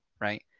right